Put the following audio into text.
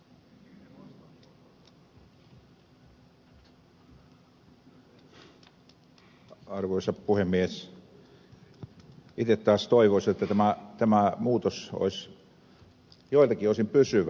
itse taas toivoisi jotta tämä muutos olisi joiltakin osin pysyvä